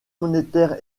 monétaire